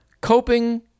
coping